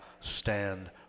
stand